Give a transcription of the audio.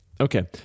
Okay